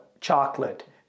chocolate